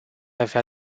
avea